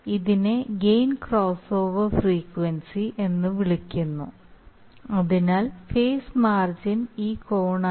ഇതിനെ gain crossover frequency എന്ന് വിളിക്കുന്നു അതിനാൽ ഫേസ് മാർജിൻ ഈ കോണായിരുന്നു